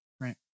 Right